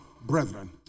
brethren